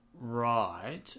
right